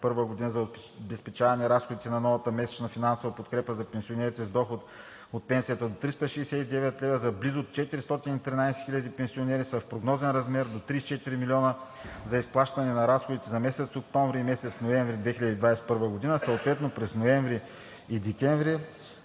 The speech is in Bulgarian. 2021 г. за обезпечаване разходите за новата месечна финансова подкрепа за пенсионери с доход от пенсия до 369 лв. за близо 413 хиляди пенсионери са в прогнозен размер до 34 млн. лв. за изплащане на разходите за месеците октомври и ноември 2021 г., съответно през ноември и декември